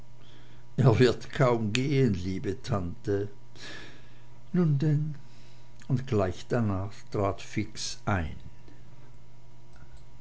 kaum gehen liebe tante nun denn und gleich darnach trat fix ein